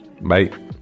Bye